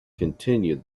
continued